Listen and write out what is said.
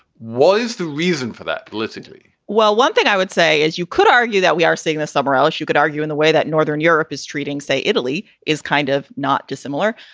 what is the reason for that? listen to me well, one thing i would say is you could argue that we are seeing the subbarao. you could argue in the way that northern europe is treating, say, italy is kind of not dissimilar.